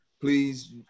Please